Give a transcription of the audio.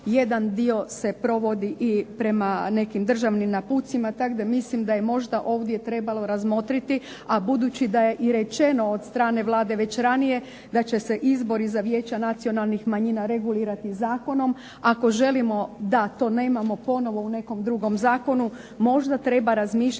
jedan dio se provodi i prema nekim državnim naputcima. Tako da mislim da je možda ovdje trebalo razmotriti, a budući da je i rečeno od strane Vlade već ranije da će se izbori za Vijeća nacionalnih manjina regulirati zakonom ako želimo da to nemamo ponovo u nekom drugom zakonu možda treba razmišljati